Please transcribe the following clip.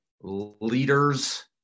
leaders